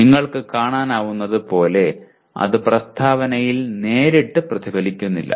നിങ്ങൾക്ക് കാണാനാകുന്നതുപോലെ അത് പ്രസ്താവനയിൽ നേരിട്ട് പ്രതിഫലിക്കുന്നില്ല